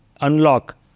unlock